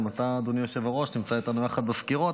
גם אתה, אדוני היושב-ראש, נמצא איתנו יחד בסקירות.